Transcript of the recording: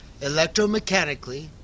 electromechanically